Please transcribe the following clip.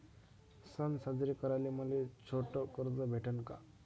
सन साजरे कराले मले छोट कर्ज भेटन का?